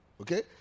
okay